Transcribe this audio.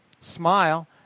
smile